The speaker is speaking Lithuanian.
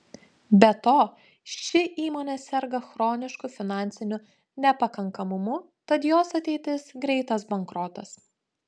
be to ši įmonė serga chronišku finansiniu nepakankamumu tad jos ateitis greitas bankrotas